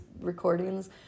recordings